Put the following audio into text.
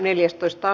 asia